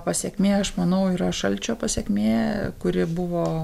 pasekmė aš manau yra šalčio pasekmė kuri buvo